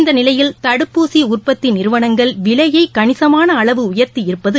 இந்த நிலையில் தடுப்பூசி உற்பத்தி நிறுவனங்கள் விலையை கணிசமான அளவு உயர்த்தி இருப்பது